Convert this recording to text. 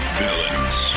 villains